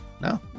No